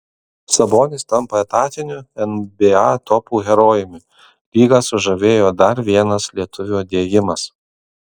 sabonis tampa etatiniu nba topų herojumi lygą sužavėjo dar vienas lietuvio dėjimas